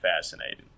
fascinating